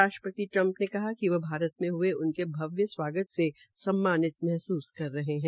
राष्ट्रपति ट्रंप ने कहा कि वह भारत में ह्ये उनके भव्य स्वागत महसूस कर रहे है